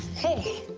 hey,